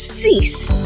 cease